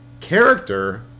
character